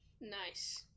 Nice